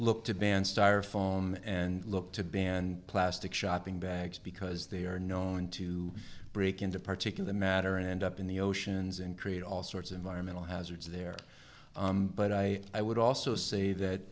look to ban styrofoam and look to ban plastic shopping bags because they are known to break into particular matter and end up in the oceans and create all sorts of environmental hazards there but i i would also say that